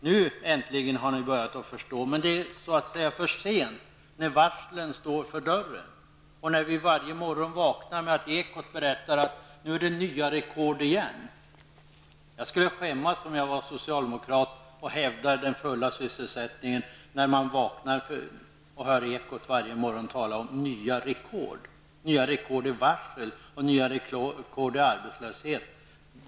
Ni har nu äntligen börjat att förstå, men det är för sent när varslen står för dörren. Jag skulle skämmas om jag var socialdemokrat och hävdade den fulla sysselsättningen när man vaknar varje morgon och hör hur man i ekot talar om nya rekord i varsel och nya rekord i arbetslöshet.